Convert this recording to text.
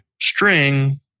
string